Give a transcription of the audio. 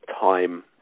time